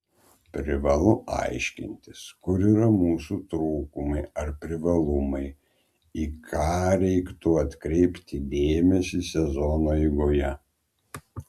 privalu aiškintis kur yra mūsų trūkumai ar privalumai į ką reiktų atkreipti dėmesį sezono eigoje